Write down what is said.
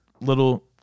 little